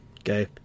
okay